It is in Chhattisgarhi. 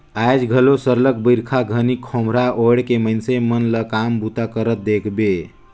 आएज घलो सरलग बरिखा घनी खोम्हरा ओएढ़ के मइनसे मन ल काम बूता करत देखबे